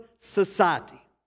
society